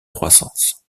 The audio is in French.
croissance